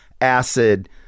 acid